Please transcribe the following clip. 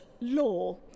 law